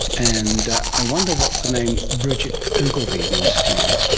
and i wonder what the name bridget ogilvie means to you?